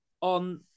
on